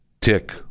tick